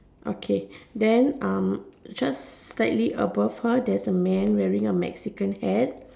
okay then just slightly above her there's a man wearing a Mexican hat